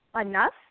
enough